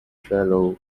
fellow